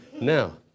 Now